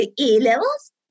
A-levels